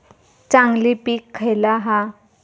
चांगली पीक खयला हा?